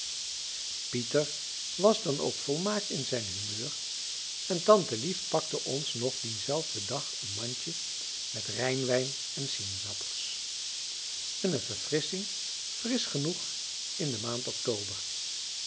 pieter was dan ook volmaakt in zijn humeur en tantelief pakte ons nog dienzelfden dag een mandje met rijnwijn en sinaasappels eene verfrissching frisch genoeg in de maand october